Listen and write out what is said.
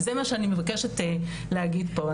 וזה מה שאני מבקשת להגיד פה.